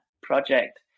project